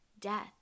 death